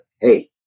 hey